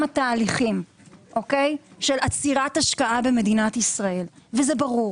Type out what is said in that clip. תהליכים של עצירת השקעה במדינת ישראל וזה ברור